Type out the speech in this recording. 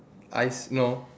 eyes no